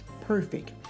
perfect